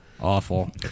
Awful